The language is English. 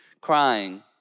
crying